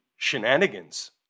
Shenanigans